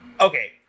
Okay